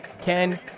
Ken